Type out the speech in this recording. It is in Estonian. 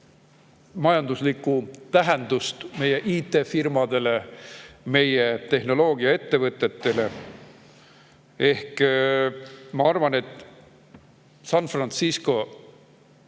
majanduslikku tähendust meie IT-firmadele, meie tehnoloogiaettevõtetele. Ma arvan, et San Francisco